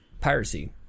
piracy